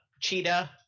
Cheetah